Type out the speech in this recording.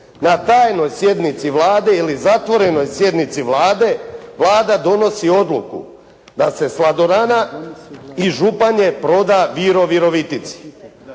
Na tajnoj sjednici Vlade ili zatvorenoj sjednici Vlade, Vlada donosi odluku da se "Sladorana" iz Županje proda "Viro" Virovitici.